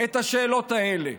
בשאלות האלה.